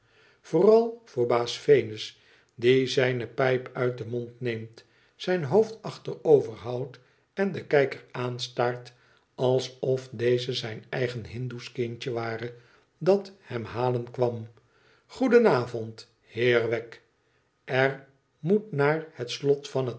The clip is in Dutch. vooral voor baas venus die zijne pijp uit den mond neemt zijn hoofd achterover houdt en den kijker aanstaart alsof deze zijn eigen hindoesch kindje ware dat hem halen kwam goedenavond mijnheer wegg r moet naar het slot van het